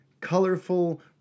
colorful